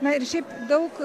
na ir šiaip daug